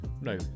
no